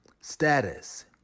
status